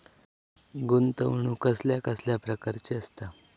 गुंतवणूक कसल्या कसल्या प्रकाराची असता?